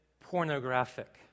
pornographic